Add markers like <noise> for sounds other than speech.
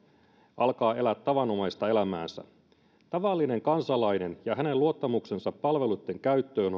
alkaa elää tavanomaista elämäänsä tavallinen kansalainen ja hänen luottamuksensa palveluitten käyttöön <unintelligible>